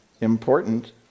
important